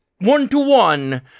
one-to-one